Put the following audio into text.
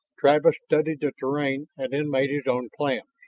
travis studied the terrain and then made his own plans.